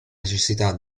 necessità